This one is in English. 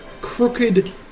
crooked